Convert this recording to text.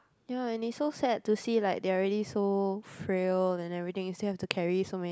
ya and it's so sad to see like they are already so frail and everything they still have to carry so many